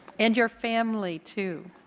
and your family too.